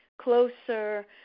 closer